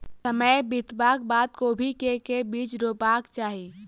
समय बितबाक बाद कोबी केँ के बीज रोपबाक चाहि?